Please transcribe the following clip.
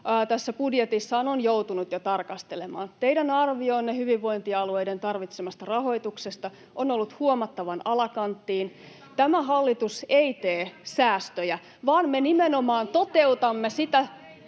tässä budjetissaan on joutunut jo tarkastelemaan. Teidän arvionne hyvinvointialueiden tarvitsemasta rahoituksesta on ollut huomattavan alakanttiin. Tämä hallitus ei tee säästöjä, vaan me nimenomaan toteutamme sitä